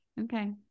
Okay